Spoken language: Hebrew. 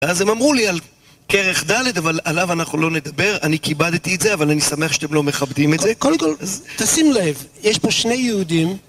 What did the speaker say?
אז הם אמרו לי על כרך ד' אבל עליו אנחנו לא נדבר, אני כיבדתי את זה, אבל אני שמח שאתם לא מכבדים את זה. קודם כל, תשים לב, יש פה שני יהודים...